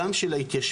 גם של ההתיישבותי,